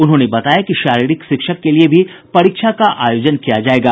उन्होंने बताया कि शारीरिक शिक्षक के लिए भी परीक्षा का आयोजन किया जाएगा